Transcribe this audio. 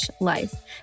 life